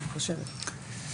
אני חושבת.